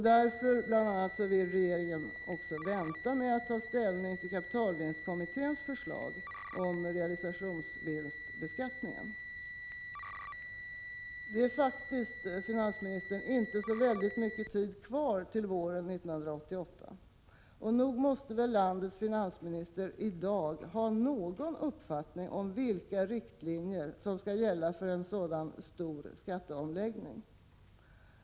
Därför vill också regeringen vänta med att ta ställning till kapitalvinstkommitténs förslag om realisationsvinstbeskattningen. Men det är faktiskt inte så mycket tid kvar till våren 1988. Nog måste väl landets finansminister i dag ha någon uppfattning om vilka riktlinjer som skall gälla för en sådan ”stor” skatteomläggning.